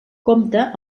compta